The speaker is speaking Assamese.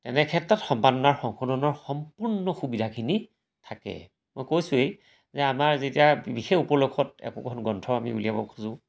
তেনেক্ষেত্ৰত সম্পাদনাৰ সংশোধনৰ সম্পূৰ্ণ সুবিধাখিনি থাকে মই কৈছোঁৱেই যে আমাৰ যেতিয়া বিশেষ উপলক্ষত একোখন গ্ৰন্থ আমি উলিয়াব খোজোঁ